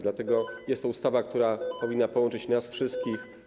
Dlatego jest to ustawa, która powinna połączyć nas wszystkich.